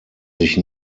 sich